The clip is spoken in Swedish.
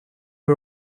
hur